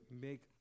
make